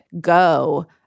go